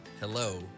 hello